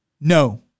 No